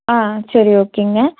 ஆ சரி ஓகேங்க